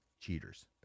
cheaters